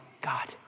god